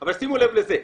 אבל שימו לב לזה,